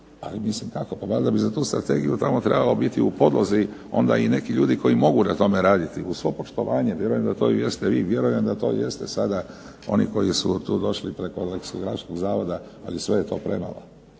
Ali, mislim kako? Pa valjda bi za tu strategiju tamo trebalo biti u podlozi onda i neki ljudi koji mogu na tome raditi uz svo poštovanje vjerujem da to i jeste vi, vjerujem da to jeste sada oni koji su tu došli preko već … zavoda, ali sve je to premalo.